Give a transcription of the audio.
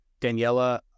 Daniela